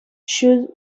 should